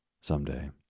Someday